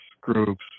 groups